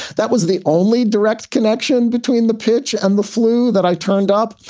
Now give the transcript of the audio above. that was the only direct connection between the pitch and the flu that i turned up.